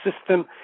system